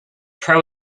pro